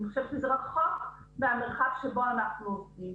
אני חושבת שזה רחוק מהמצב שבו אנחנו נמצאים.